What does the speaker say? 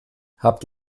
habt